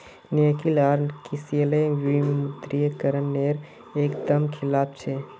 निकिल आर किसलय विमुद्रीकरण नेर एक दम खिलाफ छे